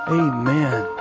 amen